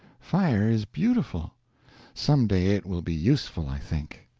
fire is beautiful some day it will be useful, i think.